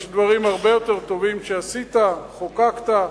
יש דברים הרבה יותר טובים שעשית, חוקקת,